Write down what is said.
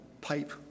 pipe